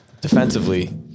Defensively